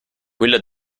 quella